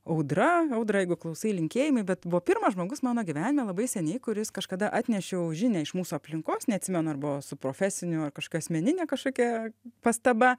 audra audra jeigu klausai linkėjimai bet buvo pirmas žmogus mano gyvenime labai seniai kuris kažkada atnešiau žinią iš mūsų aplinkos neatsimenu ar buvo su profesiniu ar kažkokia asmeninė kažkokia pastaba